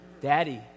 Daddy